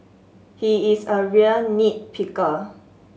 he is a real nit picker